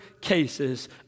cases